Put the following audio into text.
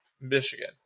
Michigan